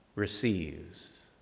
receives